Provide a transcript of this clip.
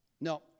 No